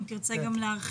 אם תרצה להרחיב.